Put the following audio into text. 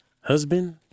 husband